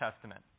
Testament